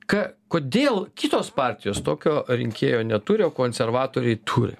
ką kodėl kitos partijos tokio rinkėjo neturi o konservatoriai turi